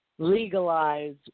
Legalize